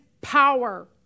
power